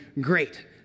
great